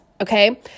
okay